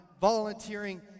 volunteering